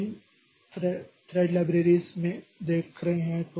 तो इन thread libraries में देख रहे हैं